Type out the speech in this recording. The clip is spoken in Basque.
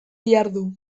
dihardu